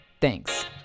Thanks